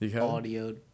Audio